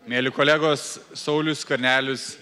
mieli kolegos saulius skvernelis